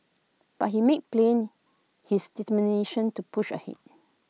but he made plain his determination to push ahead